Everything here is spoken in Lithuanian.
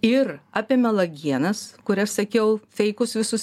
ir apie melagienas kurias sakiau feikus visus